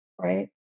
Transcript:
Right